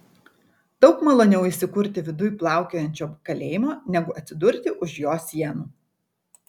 daug maloniau įsikurti viduj plaukiančiojo kalėjimo negu atsidurti už jo sienų